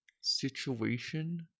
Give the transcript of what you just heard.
situation